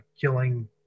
killing